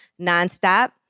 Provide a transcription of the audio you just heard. nonstop